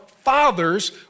fathers